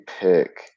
pick